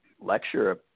lecture